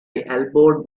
elbowed